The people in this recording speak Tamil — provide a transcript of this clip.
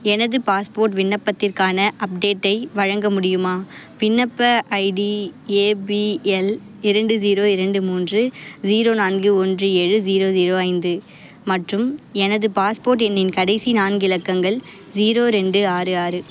எனது பாஸ்போர்ட் விண்ணப்பத்திற்கான அப்டேட்டை வழங்க முடியுமா விண்ணப்ப ஐடி ஏபிஎல் இரண்டு ஜீரோ இரண்டு மூன்று ஜீரோ நான்கு ஒன்று ஏழு ஜீரோ ஜீரோ ஐந்து மற்றும் எனது பாஸ்போர்ட் எண்ணின் கடைசி நான்கு இலக்கங்கள் ஜீரோ ரெண்டு ஆறு ஆறு